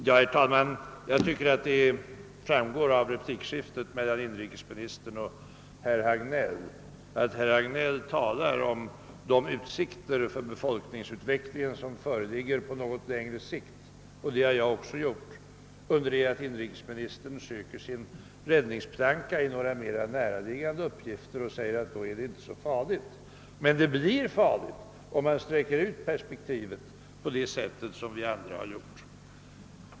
Herr talman! Jag tycker att det framgår av replikskiftet mellan inrikesministern och herr Hagnell, att herr Hagnell talar om de utsikter för befolkningsutvecklingen som förefinns på litet längre sikt — och det har jag också gjort — under det att inrikesministern söker en räddningsplanka i några mera näraliggande uppgifter och säger, att då är det inte så farligt. Men det blir farligt, herr inrikesminister, om man sträcker ut perspektivet på det sätt som vi andra har gjort.